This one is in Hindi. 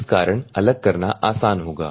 इस कारण अलग करना आसान होगा